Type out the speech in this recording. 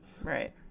right